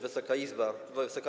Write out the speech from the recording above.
Wysoka Izbo!